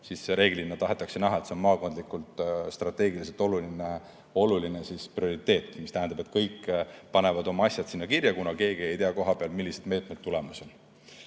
raha saada, siis tahetakse näha, et see on maakondlikult strateegiliselt oluline prioriteet. See tähendab, et kõik panevad oma asjad sinna kirja, kuna kohapeal keegi ei tea, millised meetmed tulemas on.